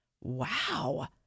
Wow